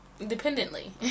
Independently